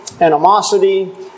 animosity